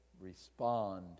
respond